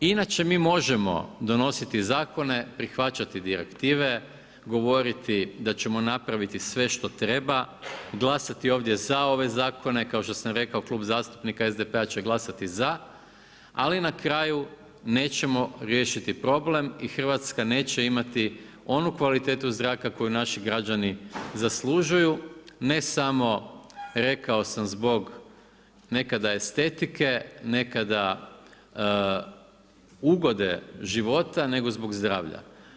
Inače mi možemo donositi zakone, prihvaćati direktive, govoriti da ćemo napraviti sve što treba, glasati ovdje za ove zakone, kao što sam rekao Klub zastupnika SDP-a će glasati za ali na kraju nećemo riješiti problem i Hrvatska neće imati onu kvalitetu zraku koju naši građani zaslužuju, ne samo, rekao sam zbog nekada estetike, nekada ugode života, nego zbog zdravlja.